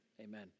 amen